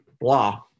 blah